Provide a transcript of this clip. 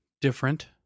different